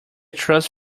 trust